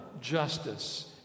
justice